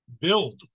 build